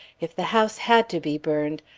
if the house had to be burned,